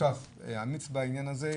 שותף אמיץ בעניין הזה,